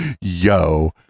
yo